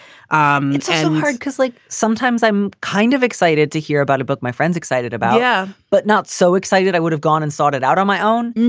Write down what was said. um it's and hard because like sometimes i'm kind of excited to hear about a book my friends excited about. yeah but not so excited. i would would've gone and sort it out on my own.